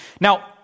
Now